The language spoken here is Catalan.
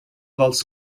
dels